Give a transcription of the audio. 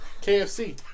KFC